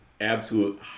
absolute